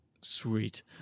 Sweet